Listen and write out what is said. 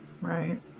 right